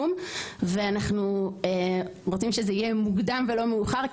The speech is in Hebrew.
ואנחנו רוצים שזה יהיה מוקדם ולא מאוחר,